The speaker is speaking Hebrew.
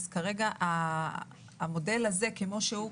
כרגע המודל הזה כמו שהוא,